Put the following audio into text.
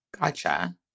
Gotcha